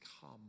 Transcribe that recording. come